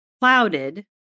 clouded